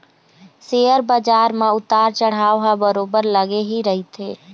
share बजार म उतार चढ़ाव ह बरोबर लगे ही रहिथे